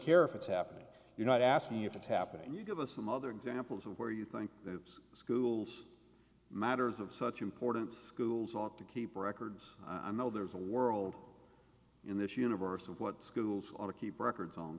care if it's happening you're not asking if it's happening you give us some other examples of where you think the schools matters of such importance schools ought to keep records i know there's a world in this universe of what schools ought to keep records on